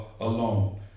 alone